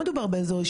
איך זה נראה?